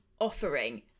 offering